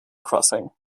crossing